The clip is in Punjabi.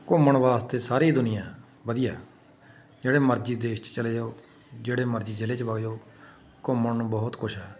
ਘੁੰਮਣ ਵਾਸਤੇ ਸਾਰੀ ਦੁਨੀਆ ਵਧੀਆ ਜਿਹੜੇ ਮਰਜ਼ੀ ਦੇਸ਼ 'ਚ ਚਲੇ ਜਾਓ ਜਿਹੜੇ ਮਰਜ਼ੀ ਜਿਲ੍ਹੇ 'ਚ ਵਗ ਜਾਓ ਘੁੰਮਣ ਨੂੰ ਬਹੁਤ ਕੁਛ ਹੈ